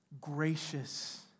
gracious